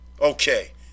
Okay